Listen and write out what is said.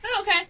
Okay